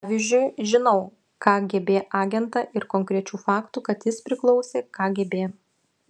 pavyzdžiui žinau kgb agentą ir konkrečių faktų kad jis priklausė kgb